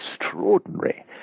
extraordinary